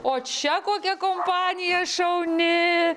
o čia kokia kompanija šauni